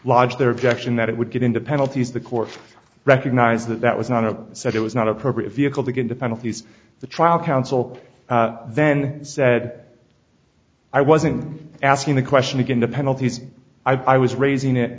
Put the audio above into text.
lodged their objection that it would get into penalties the court recognized that that was not a set it was not appropriate vehicle to get the penalties the trial counsel then said i wasn't asking the question again the penalties i was raising it